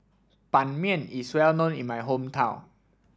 Ban Mian is well known in my hometown